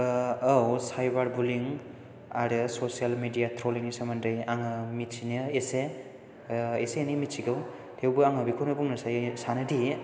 औ cyber bullying आरो social media ट्रलिंनि सोमोन्दै आङो मिथियो एसे एसे एनै मिथिगौ थेवबो आङो बेखौनो बुंनोसै सानोदि